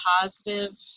positive